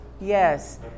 Yes